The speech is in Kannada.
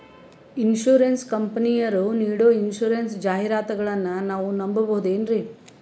ಇನ್ಸೂರೆನ್ಸ್ ಕಂಪನಿಯರು ನೀಡೋ ಇನ್ಸೂರೆನ್ಸ್ ಜಾಹಿರಾತುಗಳನ್ನು ನಾವು ನಂಬಹುದೇನ್ರಿ?